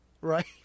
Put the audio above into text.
right